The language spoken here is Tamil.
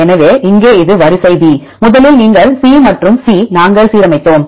எனவே இங்கே இது வரிசை b முதலில் நீங்கள் C மற்றும் C நாங்கள் சீரமைத்தோம்